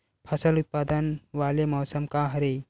फसल उत्पादन वाले मौसम का हरे?